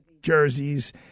jerseys